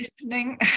listening